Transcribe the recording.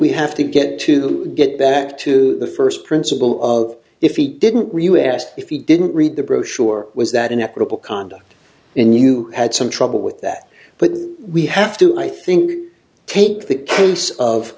we have to get to get back to the first principle of if he didn't really ask if he didn't read the brochure was that an equitable conduct in you had some trouble with that but we have to i think take the case of